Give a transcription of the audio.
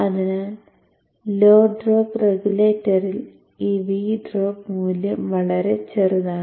അതിനാൽ low drop റെഗുലേറ്ററിൽ ഈ V ഡ്രോപ്പ് മൂല്യം വളരെ ചെറുതാണ്